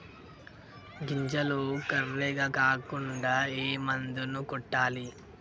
గింజలు కర్రెగ కాకుండా ఏ మందును కొట్టాలి?